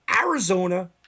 Arizona